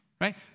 right